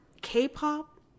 k-pop